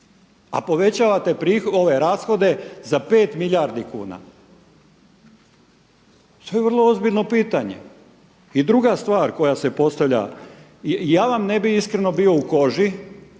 a povećavate rashode za pet milijardi kuna? To je vrlo ozbiljno pitanje. I druga stvar koja se postavlja, ja vam ne bih iskreno bio u koži